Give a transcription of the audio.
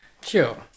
Sure